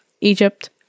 Egypt